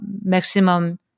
maximum